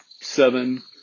seven